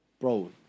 bro